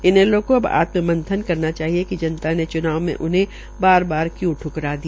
इनैलो को अब आत्म मंथन करना चाहिए कि जनता ने चुनाव में उन्हें बार बार क्यू ठुकरा दिया